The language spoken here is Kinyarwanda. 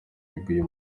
yeguye